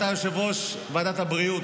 אתה יושב-ראש ועדת הבריאות,